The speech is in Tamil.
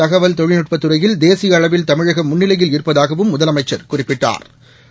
தகவல் தொழில்நுட்பத்துறையில் தேசிய அளவில் தமிழகம் முன்னிலையில் இருப்பதாகவும் முதலமைச்சா் குறிப்பிட்டா்